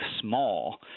small